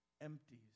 empties